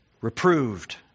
reproved